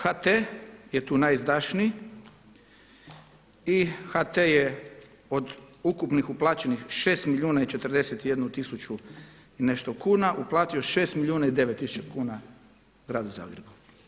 HT je tu najizdašniji i HT je od ukupnih uplaćenih 6 milijuna i 41 tisuću i nešto kuna uplatio 6 milijuna i 9 tisuća kuna gradu Zagrebu.